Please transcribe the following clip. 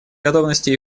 готовности